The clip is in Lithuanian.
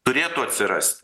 turėtų atsirasti